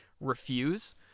refuse